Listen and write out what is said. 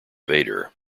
vader